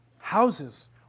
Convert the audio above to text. houses